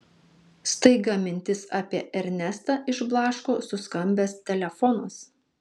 staiga mintis apie ernestą išblaško suskambęs telefonas